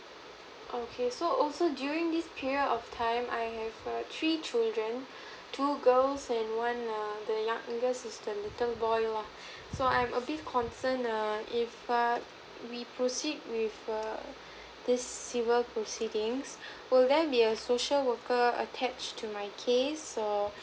okay so also during this period of time I have err three children two girl and one err the youngest is the little boy lah so I'm a bit concern err if err we proceed with err this civil proceeding will there be a social worker attach to my case so